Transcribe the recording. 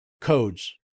codes